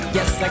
Yes